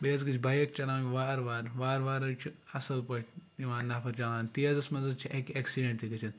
بیٚیہِ حظ گژھِ بایِک چَلاوٕنۍ وارٕ وارٕ وارٕ وارٕ حظ چھِ اَصٕل پٲٹھۍ یِوان نَفر چَلاونہٕ تیزَس منٛز حظ چھِ اَکہِ ایٚکسِڈٮ۪نٛٹ تہِ گٔژھِتھ